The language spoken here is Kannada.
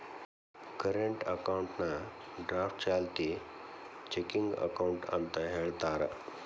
ಕರೆಂಟ್ ಅಕೌಂಟ್ನಾ ಡ್ರಾಫ್ಟ್ ಚಾಲ್ತಿ ಚೆಕಿಂಗ್ ಅಕೌಂಟ್ ಅಂತ ಹೇಳ್ತಾರ